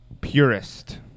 purist